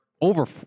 over